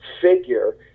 figure